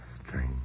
strange